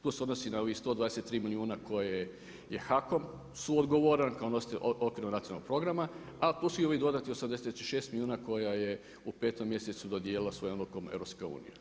To se odnosi na ovih 123 milijuna koje je HAKOM suodgovoran kao nositelj Operativnog nacionalnog programa, a i plus ovih dodatnih 86 milijuna koja je u petom mjesecu dodijelilo s odlukom EU.